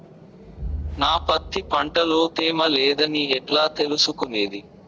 నా పత్తి పంట లో తేమ లేదని ఎట్లా తెలుసుకునేది?